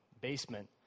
basement